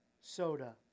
soda